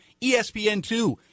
ESPN2